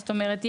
זאת אומרת,